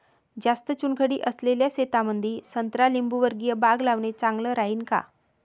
जास्त चुनखडी असलेल्या शेतामंदी संत्रा लिंबूवर्गीय बाग लावणे चांगलं राहिन का?